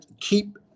keep